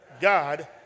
God